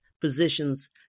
positions